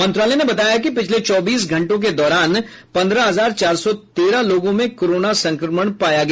मंत्रालय ने बताया है कि पिछले चौबीस घंटे के दौरान पंद्रह हजार चार सौ तेरह लोगों में कोरोना संक्रमण पाया गया